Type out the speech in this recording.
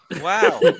Wow